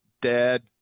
Dad